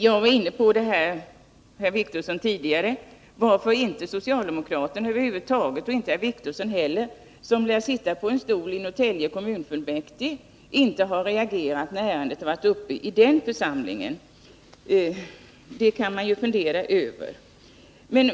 Jag var tidigare inne på frågan varför inte socialdemokraterna, bl.a. herr Wictorsson, som lär sitta på en stol i Norrtälje kommunfullmäktige, har reagerat när ärendet varit uppe i den församlingen. Det kan man fundera över.